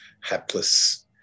hapless